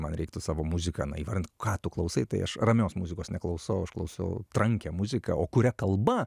man reiktų savo muziką na įvardint ką tu klausai tai aš ramios muzikos neklausau aš klausau trankią muziką o kuria kalba